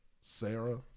Sarah